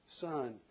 Son